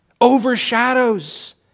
overshadows